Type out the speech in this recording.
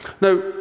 Now